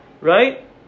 right